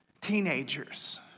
teenagers